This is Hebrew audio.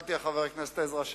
הסתכלתי על חבר הכנסת עזרא,